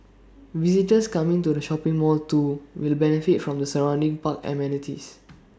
visitors coming to the shopping mall too will benefit from the surrounding park amenities